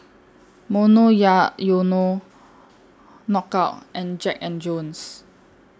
Monoyono Knockout and Jack and Jones